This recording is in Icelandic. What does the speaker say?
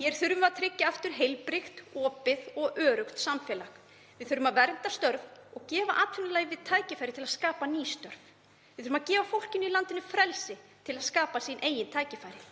Hér þurfum við að tryggja aftur heilbrigt, opið og öruggt samfélag. Við þurfum að vernda störf og gefa atvinnulífinu tækifæri til að skapa ný störf. Við þurfum að gefa fólkinu í landinu frelsi til að skapa sín eigin tækifæri